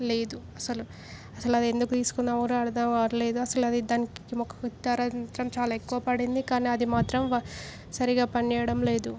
లేదు అసలు అసలు అది ఎందుకు తీసుకున్నమో కూడా అర్థంకావట్లేదు అసలది దానికి మాకు ధర మాత్రం చాలా ఎక్కువ పడింది కానీ అది మాత్రం సరిగ్గా పనిచేయటం లేదు